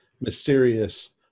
mysterious